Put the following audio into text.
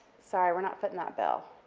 sorry, we're not footing that bill.